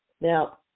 Now